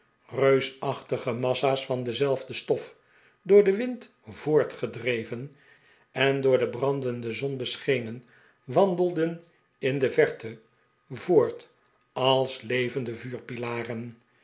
reusachtige massa's van dezelfde stof door den wind voortgedreven en door de brandende zon beschenen wandelden in de verte voort als levende